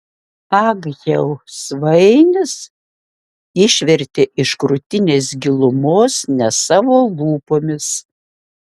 ag jau svainis išvertė iš krūtinės gilumos ne savo lūpomis